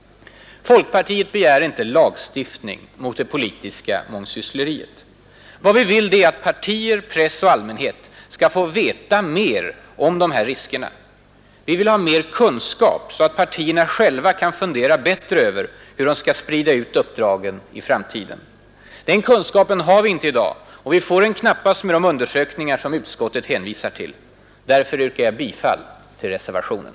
Folkpartiet begär inte lagstiftning mot det politiska mångsyssleriet. Vad vi vill är att partier, press och allmänhet ska få veta mer om de här riskerna. Vi vill ha mer kunskap så att partierna själva kan fundera bättre över hur de skall sprida uppdragen i framtiden. Den kunskapen har vi inte i dag och vi får den knappast med de undersökningar som utskottet hänvisar till. Därför yrkar jag bifall till reservationen.